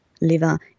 liver